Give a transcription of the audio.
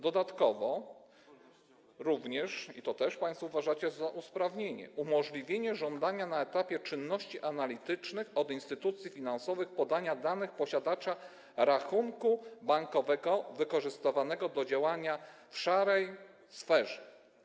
Dodatkowo również, i to też państwo uważacie za usprawnienie, mamy umożliwienie żądania na etapie czynności analitycznych od instytucji finansowych podania danych posiadacza rachunku bankowego wykorzystywanego do działania w szarej sferze.